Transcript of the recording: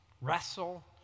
Wrestle